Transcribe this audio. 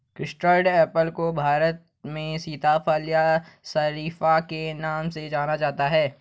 custard apple को भारत में सीताफल या शरीफा के नाम से जानते हैं